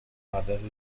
مدرک